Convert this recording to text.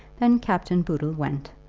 then captain boodle went,